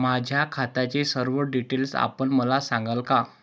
माझ्या खात्याचे सर्व डिटेल्स आपण मला सांगाल का?